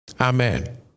Amen